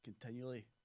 continually